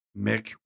Mick